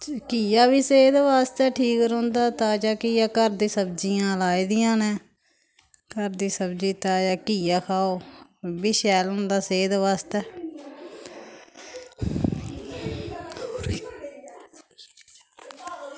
घिया वी सेह्त वास्तै ठीक रौहंदा ताजा घिया घर दी सब्जियां लाई दियां न घर दी सब्जी ताजा घिया खाओ ओह्बी शैल होंदा सेह्त वास्तै